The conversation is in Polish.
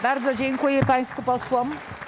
Bardzo dziękuję państwu posłom.